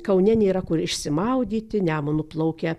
kaune nėra kur išsimaudyti nemunu plaukia